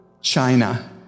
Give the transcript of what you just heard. China